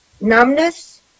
numbness